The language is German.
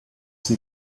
zum